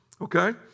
Okay